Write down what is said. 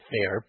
Fair